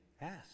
ask